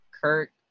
kirk